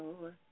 Lord